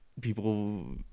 people